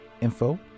info